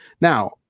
Now